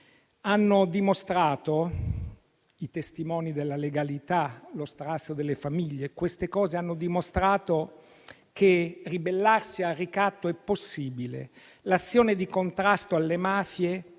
anniversario: i testimoni della legalità, lo strazio delle famiglie hanno dimostrato che ribellarsi al ricatto è possibile. L'azione di contrasto alle mafie